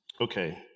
Okay